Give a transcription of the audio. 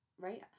right